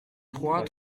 trois